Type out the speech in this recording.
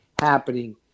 happening